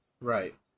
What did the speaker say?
Right